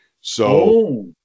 So-